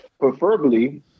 Preferably